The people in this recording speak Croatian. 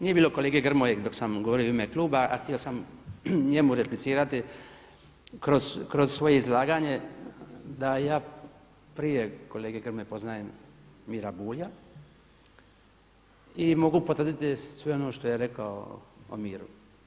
Nije bilo kolege Grmoje dok sam govorio u ime kluba a htio sam njemu replicirati kroz svoje izlaganje da ja prije kolege Grmoje poznajem Miru Bulja i mogu potvrditi sve ono što je rekao o Miri.